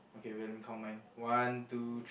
okay count mine one two t~